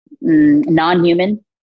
non-human